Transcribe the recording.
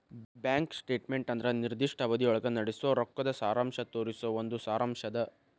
bank statement ಅಂದ್ರ ನಿರ್ದಿಷ್ಟ ಅವಧಿಯೊಳಗ ನಡಸೋ ರೊಕ್ಕದ್ ಸಾರಾಂಶ ತೋರಿಸೊ ಒಂದ್ ಸಾರಾಂಶ್ ಅದ